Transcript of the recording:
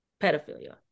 pedophilia